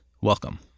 Welcome